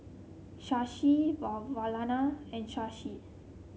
Shashi Vavilala and Shashi